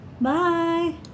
Bye